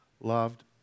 loved